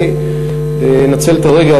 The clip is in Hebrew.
אני אנצל את הרגע,